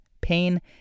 pain